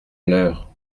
l’heure